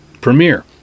premiere